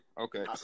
Okay